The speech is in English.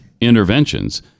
interventions